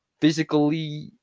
physically